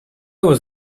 was